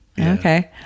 Okay